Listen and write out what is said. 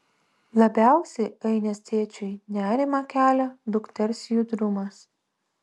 labiausiai ainės tėčiui nerimą kelia dukters judrumas